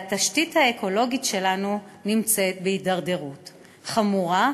והתשתית האקולוגית שלנו נמצאת בהידרדרות חמורה,